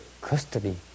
custody